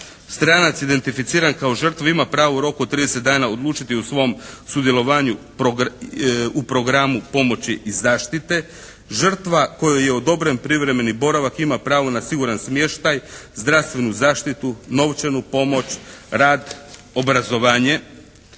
Stranac identificiran kao žrtva ima pravo u roku od 30 dana odlučiti o svom sudjelovanju u programu pomoći i zaštite. Žrtva kojoj je odobren privremeni boravak ima pravo na siguran smještaj, zdravstvenu zaštitu, novčanu pomoć, rad, obrazovanje.